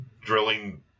drilling